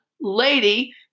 lady